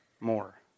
more